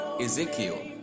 Ezekiel